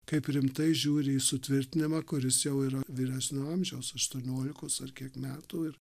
kaip rimtai žiūri į sutvirtinimą kuris jau yra vyresnio amžiaus aštuoniolikos ar kiek metų ir